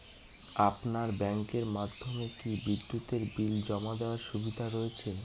আপনার ব্যাংকের মাধ্যমে কি বিদ্যুতের বিল জমা দেওয়ার সুবিধা রয়েছে?